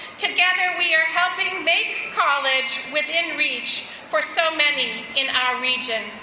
together we are helping make college within reach for so many in our region.